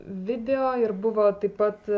video ir buvo taip pat